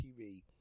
tv